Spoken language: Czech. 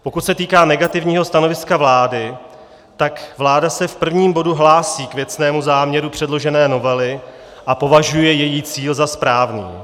Pokud se týká negativního stanoviska vlády, tak vláda se v prvním bodu hlásí k věcnému záměru předložené novely a považuje její cíl za správný.